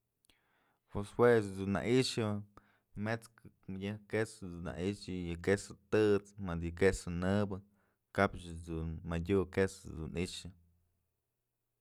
Pues juech dun na i'ixë mët'skë mëdyëj queso nai'ixë yë queso tët's madë yë queso nëbë kapch dun madyu queso dun i'ixë.